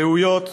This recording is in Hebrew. זהויות.